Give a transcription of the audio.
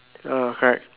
ya correct